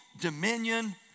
dominion